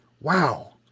Wow